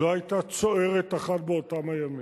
לא היתה צוערת אחת באותם הימים.